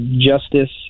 justice